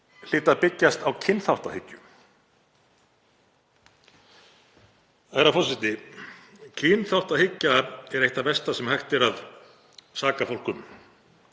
hlyti að byggjast á kynþáttahyggju. Herra forseti. Kynþáttahyggja er eitt það versta sem hægt er að saka fólk um.